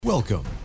Welcome